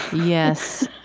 yes.